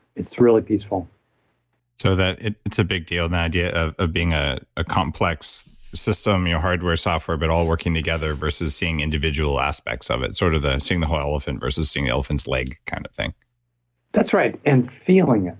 it's really peaceful so that it's a big deal in the idea of of being ah a complex system, yeah hardware, software, but all working together versus seeing individual aspects of it. sort of seeing the whole elephant versus seeing the elephant's leg kind of thing that's right. and feeling it.